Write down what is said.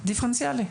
דיפרנציאלי.